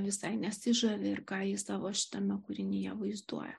visai nesižavi ir ką ji savo šitame kūrinyje vaizduoja